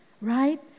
Right